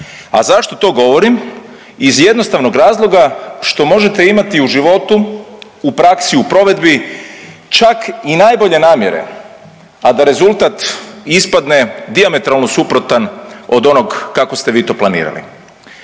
a zašto to govorim? Iz jednostavnog razloga što možete imati u životu, u praksi i u provedbi čak i najbolje namjere, a da rezultat ispadne dijametralno suprotan od onog kako ste vi to planirali